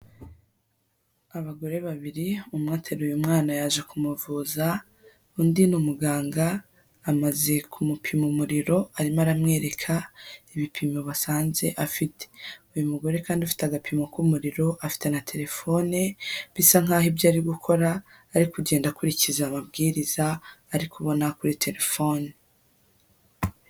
Abagore babiri, umwe ateruye umwana yaje kumuvuza, undi ni umuganga amaze kumupima umuriro, arimo aramwereka ibipimo basanze afite. Uyu mugore kandi ufite agapimo k'umuriro afite na telefone bisa nkaho ibyo ari gukora ari kugenda akurikiza amabwiriza ari kubona kuri telefoni.